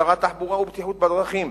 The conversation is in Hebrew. שר התחבורה והבטיחות בדרכים,